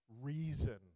reason